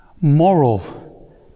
moral